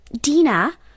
dina